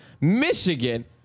Michigan